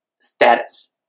status